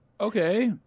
Okay